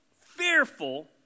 fearful